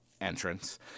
entrance